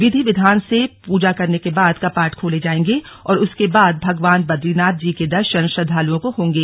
विधि विधान से पूजा करने के बाद कपाट खोले जाएंगे और उसके बाद भगवान बदरीनाथ जी के दर्शन श्रद्धालुओं को होंगे